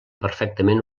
perfectament